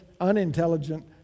unintelligent